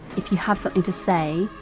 if you have something to say,